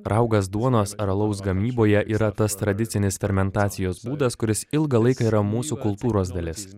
raugas duonos ar alaus gamyboje yra tas tradicinis fermentacijos būdas kuris ilgą laiką yra mūsų kultūros dalis